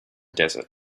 desert